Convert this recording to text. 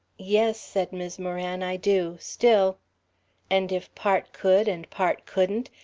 yes, said mis' moran, i do. still and if part could and part couldn't,